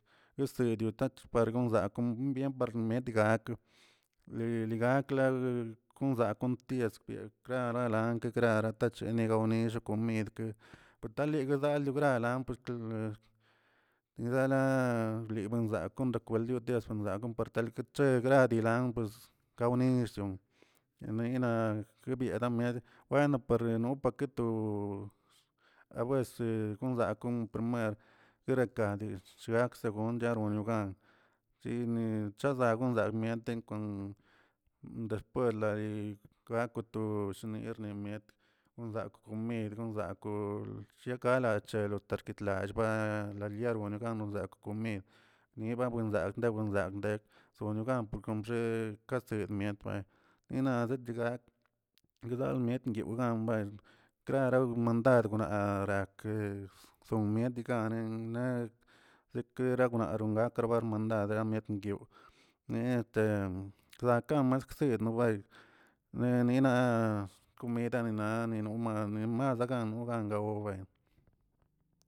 Este riotat par gonzakoo wmbie par miet gak le legaklalə kozak kon tieskwiaꞌ klararan klara tachene gawnix komidkə gotale dgalioꞌ glaran ledala libuenzakꞌ konrak bueliudꞌ ronsak kon tal bicheegrgalyilan pues kawnixchon yanina guebieda med ya no por no paket abese daa kon primer yerakadlix gaakze gon charoni gon gan chini chazon gon zakꞌ yanten kon después layi gako to nirni miet gonzako komid gonzako shiegala chegꞌ tarkitlallꞌba lalierano ganobzak komin niba buenzak le buenzakde zono gak kombxe kase mientbay nenaze´gakə nenal dgalmiet yoogan krara mandad naꞌ rakə somiet gane zekenaꞌ wgarongakə gakrbaarmandad lamet ndiuꞌ neꞌ tezakan matzsiwdoo nee ninaa comida ninaaa nimas nogan gaw